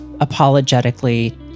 apologetically